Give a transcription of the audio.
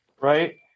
right